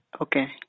okay